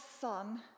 son